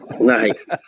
Nice